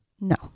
No